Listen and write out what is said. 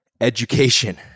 education